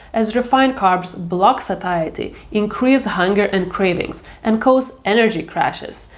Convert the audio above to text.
as refined carbs block satiety, increase hunger and cravings and cause energy crashes,